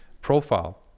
profile